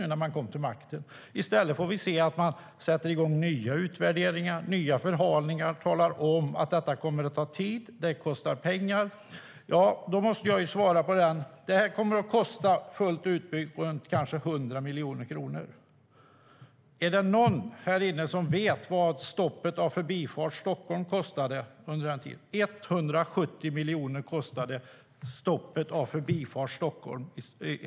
170 miljoner kostade stoppet av Förbifart Stockholm.